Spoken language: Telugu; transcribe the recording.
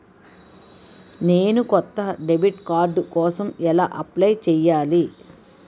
నేను కొత్త డెబిట్ కార్డ్ కోసం ఎలా అప్లయ్ చేయాలి?